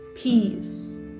peace